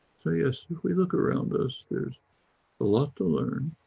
so yes, if we look around us, there's a lot to learn.